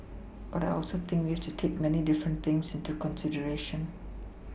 but I also think we have to take many different things into consideration